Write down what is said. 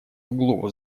углу